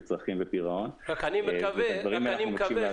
של צרכים ופירעון ואת הדברים האלה אנחנו מבקשים לאזן.